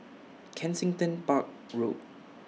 Kensington Park Road